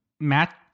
Matt